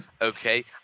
Okay